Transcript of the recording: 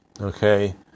Okay